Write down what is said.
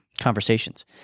conversations